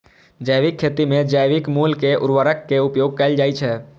जैविक खेती मे जैविक मूल के उर्वरक के उपयोग कैल जाइ छै